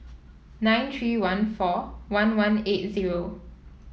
nine three one four one one eight zero